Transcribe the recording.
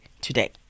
today